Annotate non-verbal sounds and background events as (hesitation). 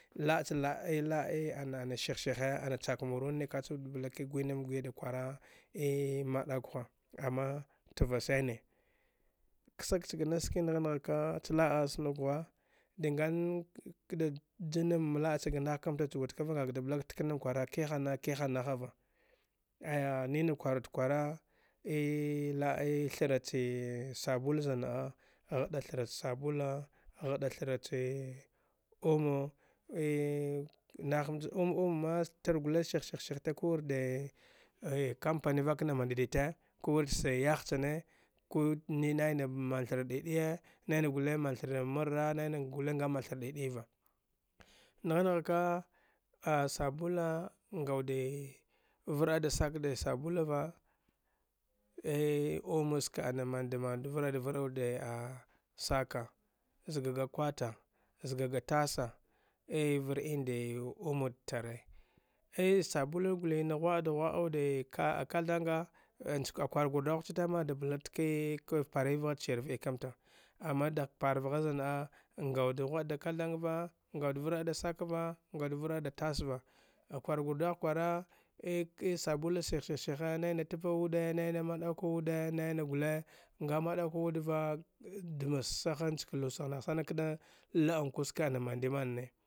La’a cha la’a ei la’a ana-ana sshih shihe ana chak muranne ka chid bla ke gwinam guya da kwara ei madakw ha ama tva sane ksag cha ga nas ski ngha ngha ka cha la’a sunuk ghwa di nga kɗa janam m la’a cha nah ka. ta chh ga wud kava ngaka da blak tak nam kwana hina ki hana hava aya nina kwaraɗ kwama ei la’ae thana chee sabula zan na’a ghda thra cha sabi;a ghda thra chee omu ei nah kam cha om-om ma tar gule shih-shih te kuwir de campanivak na manda dite kuwir chee yah chane ku ninai na man thra ɗiɗiye naina gule man thara marra naina sule nga man thra ɗiɗiyi va ngha nghaka a sabula nga wude var a da sak de sabulla va ei omu ski ana manda vaar’a da varawude a saka zgaga kwata zgaga tasa ei var in de omu wudtare ei sabula guli na ahwa’a da ahwa’a wude ka’a a kathanga nhki a kwar gur dawagh chi tama da blat kike pari vghat shiree va’ikamta ama dagh par vgha zan na’a nga wuɗ ghwa’a da kathang va nga wud var a da sak va nga wud var a da tas va a kwar gur da wagh kwara (hesitation) sabula shih-shih shihe naina tva wude naina madakwa wude naina gule nga maɗakwa wud va (hesitation) damassa ha nchka lusagh nagh sana kda la’ankwe ski ana mandi man ne